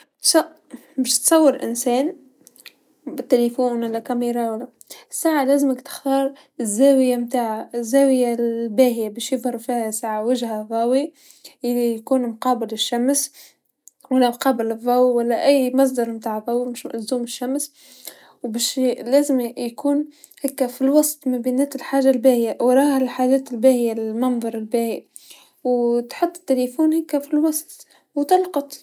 بش- باش تصور إنسان بالتيليفون و لا كاميرا ولا، ساعه لازمك تختار الزاويه نتاع الزاويه لباهيا باش يضرب فيها ساعه وجه ضاوي، ي-يكون مقابل الشمس و لا مقابل الضو و لا أي مصدر نتاع ضو مش لزوم الشمس و باش لازم يكون هاكا في الوسط ما بينات الحاجه الباهيا وراها الحاجات الباهيه المنظر الباهي و تحط التيليفون هاكا في الوسط و تلقط.